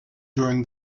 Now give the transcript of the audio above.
during